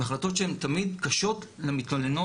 הן החלטות שהן תמיד קשות למתלוננות,